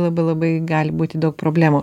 labai labai gali būti daug problemų